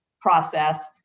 process